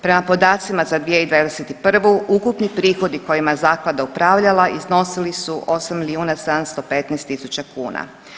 Prema podacima za 2021. ukupni prihodi kojima je zaklada upravljala iznosili su 8 milijuna 715 tisuća kuna.